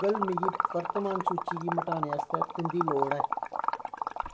Google मिगी वर्तमान सूची गी मटाने आस्तै तुं'दी लोड़ ऐ